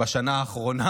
בשנה האחרונה